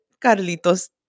Carlitos